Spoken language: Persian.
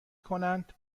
کنند